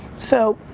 so,